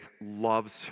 loves